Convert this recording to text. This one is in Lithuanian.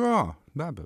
jo beabėjo